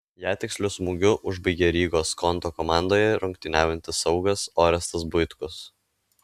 ją tiksliu smūgiu užbaigė rygos skonto komandoje rungtyniaujantis saugas orestas buitkus